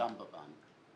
הסברת באופן שהוא לא הבין?